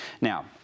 Now